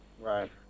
Right